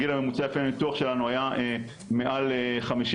הגיל הממוצע לפי הניתוח שלנו היה מעל 50,